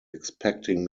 expecting